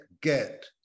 get